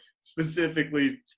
specifically